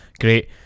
great